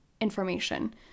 information